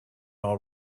all